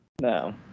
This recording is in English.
No